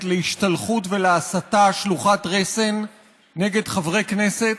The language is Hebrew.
להשתלחות ולהסתה שלוחת רסן נגד חברי כנסת.